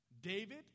David